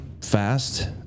fast